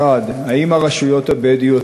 1. האם הרשויות הבדואיות